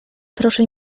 proszę